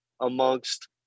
amongst